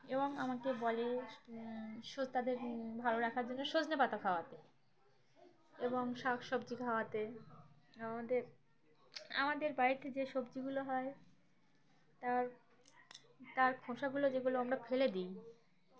এবং আমাকে বলে ভালো রাখার জন্য সজনে পাতা খাওয়াতে এবং শাক সবজি খাওয়াতে আমাদের আমাদের বাড়িতে যে সবজিগুলো হয় তার তার খোঁসাগুলো যেগুলো আমরা ফেলে দিই